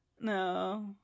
no